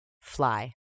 fly